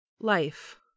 life